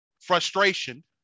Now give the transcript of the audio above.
frustration